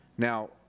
Now